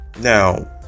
Now